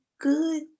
good